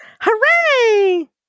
Hooray